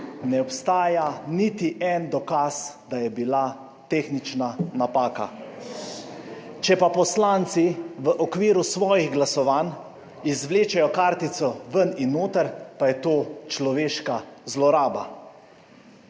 Ne obstaja niti en dokaz, da je bila tehnična napaka. Če poslanci v okviru svojih glasovanj izvlečejo kartico ven in noter, pa je to človeška zloraba.